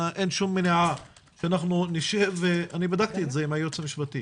אין שום מניעה שאנחנו נשב בדקתי עם זה עם הייעוץ המשפטי